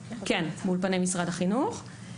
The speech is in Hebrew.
החינוך.